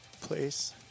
place